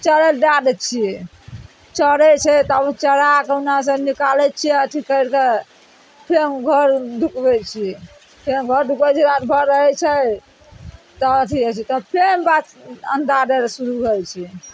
चरय लए दए दै छियै चरय छै तऽ उ चराकए कहुनासँ निकालइ छियै अथी करि कए फेर हम घर उरमे ढुकबय छियै फेर घर ढुकबय छियै रात भरि रहय छै तऽ अथी होइ छै तब फेर अण्डा अण्डा दैलए शुरू होइ छै